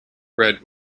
red